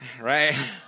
right